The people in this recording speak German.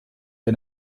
der